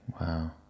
Wow